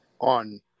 on